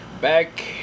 Back